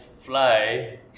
fly